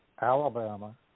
Alabama